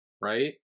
right